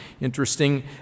Interesting